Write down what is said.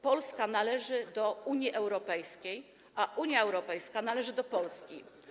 Polska należy do Unii Europejskiej, a Unia Europejska należy do Polski.